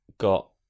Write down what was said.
got